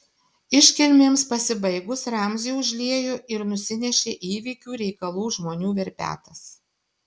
iškilmėms pasibaigus ramzį užliejo ir nusinešė įvykių reikalų žmonių verpetas